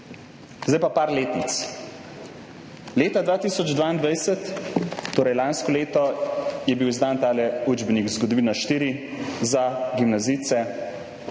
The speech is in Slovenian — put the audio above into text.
Zdaj pa nekaj letnic. Leta 2022, torej lansko leto, je bil izdan tale učbenik, Zgodovina 4, za gimnazijce